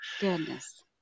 Goodness